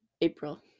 April